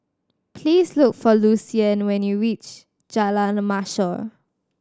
please look for Lucien when you reach Jalan Mashor